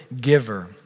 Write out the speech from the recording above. giver